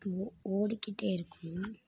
ஓ ஓடிக்கிட்டே இருக்கணும்